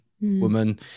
woman